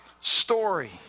story